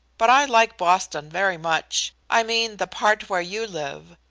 but i like boston very much i mean the part where you live.